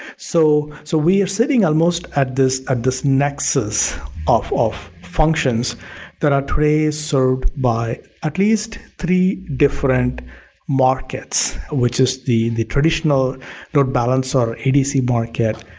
so so, we are setting almost at this at this nexus of of functions that are pre-served by at least three different markets, which is the the traditional load balancer, edc market,